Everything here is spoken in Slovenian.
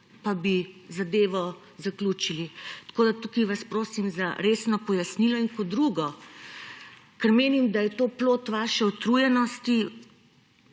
pa bi zadevo zaključili. Tako vas tukaj prosim za resno pojasnilo. Kot drugo, ker menim, da je to plod vaše utrujenosti,